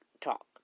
talk